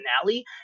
finale